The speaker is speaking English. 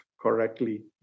correctly